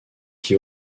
qui